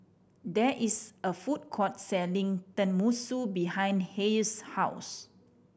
there is a food court selling Tenmusu behind Hayes' house